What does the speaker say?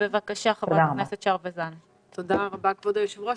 תודה רבה כבוד היושבת ראש.